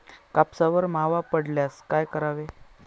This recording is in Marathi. कापसावर मावा पडल्यास काय करावे?